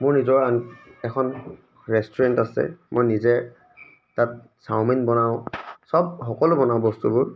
মোৰ নিজৰ এখন ৰেষ্টুৰেণ্ট আছে মই নিজে তাত চাওমিন বনাওঁ চব সকলো বনাওঁ বস্তুবোৰ